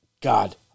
God